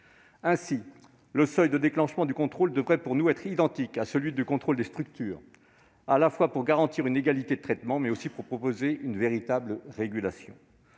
nous, le seuil de déclenchement du contrôle devrait être identique à celui du contrôle des structures, à la fois pour garantir une égalité de traitement et pour proposer une véritable régulation.